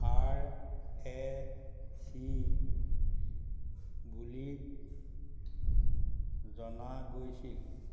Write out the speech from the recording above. R A C বুলি জনা গৈছিল